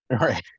Right